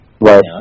Right